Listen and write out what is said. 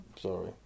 Sorry